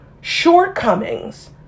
shortcomings